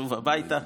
שוב הביתה".